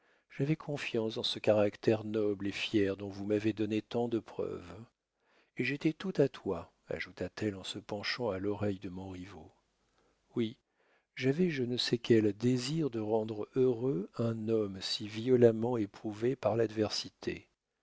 j'avais confiance en ce caractère noble et fier dont vous m'avez donné tant de preuves et j'étais toute à toi ajouta-t-elle en se penchant à l'oreille de montriveau oui j'avais je ne sais quel désir de rendre heureux un homme si violemment éprouvé par l'adversité